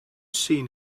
seen